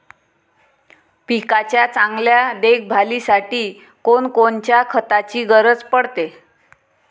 पिकाच्या चांगल्या देखभालीसाठी कोनकोनच्या खताची गरज पडते?